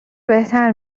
بهتر